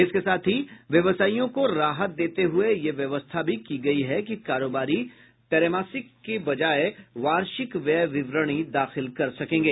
इसके साथ ही व्यवसायियों को राहत देते हुये यह व्यवस्था भी की गयी है कि कारोबारी त्रैमासिक के बजाय वार्षिक व्यय विवरणी दाखिल कर सकेंगे